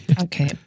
okay